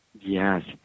Yes